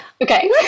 Okay